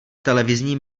televizní